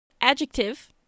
Adjective